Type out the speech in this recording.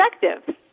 perspective